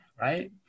right